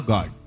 God